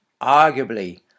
Arguably